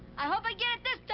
i hope i get it this time,